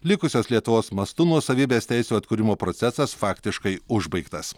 likusios lietuvos mastu nuosavybės teisių atkūrimo procesas faktiškai užbaigtas